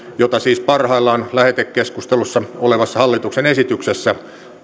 jota siis parhaillaan lähetekeskustelussa olevassa hallituksen esityksessä